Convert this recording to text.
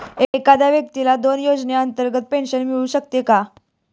एखाद्या व्यक्तीला दोन योजनांतर्गत पेन्शन मिळू शकते का?